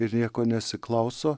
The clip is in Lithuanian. ir nieko nesiklauso